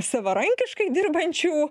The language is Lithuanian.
savarankiškai dirbančių